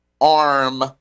arm